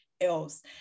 else